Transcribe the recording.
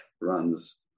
runs